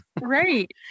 right